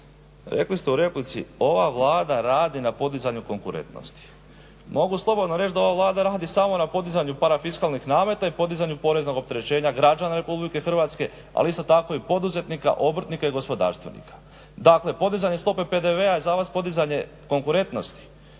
rekli ste u replici ova Vlada radi na podizanju konkurentnosti. Mogu slobodno reći da ova Vlada radi samo na podizanju parafiskalnih nameta i podizanju poreznog opterećenja građana RH ali isto tako i poduzetnika, obrtnika i gospodarstvenika. Dakle, podizanje stope PDV-a je za vas podizanje konkurentnosti,